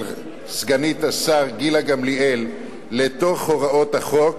סגנית השר גילה גמליאל לתוך הוראות החוק,